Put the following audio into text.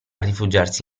rifugiarsi